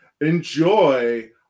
enjoy